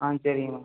ஆ சரிங்க மேம்